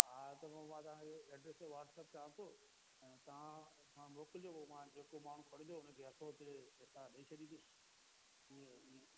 हा त पोइ मां तव्हां खे एड्रेस वॉट्सअप कयां थो ऐं तव्हां असां मोकिलिजो पोइ मां जेको माण्हू खणींदो उन खे हथोंहथु पेसा ॾई छॾींदुसि ईअं